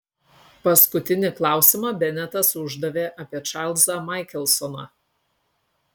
paskutinį klausimą benetas uždavė apie čarlzą maikelsoną